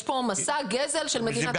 יש פה מסע גזל של מדינת ישראל, לא.